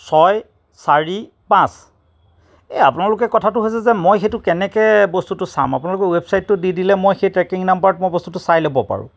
ছয় চাৰি পাঁচ আপোনালকে কথাটো হৈছে যে মই সেইটো কেনেকৈ বস্তুটো চাম আপোনালকে ৱেবছাইটটো দি দিলে মই সেই ট্ৰেকিং নম্বৰত বস্তুটো চাই ল'ব পাৰো